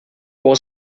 was